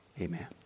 Amen